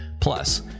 Plus